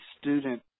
student